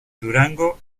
durango